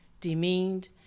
demeaned